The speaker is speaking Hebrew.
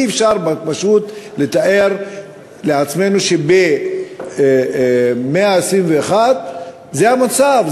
אי-אפשר פשוט לתאר לעצמנו שבמאה ה-21 זה המצב,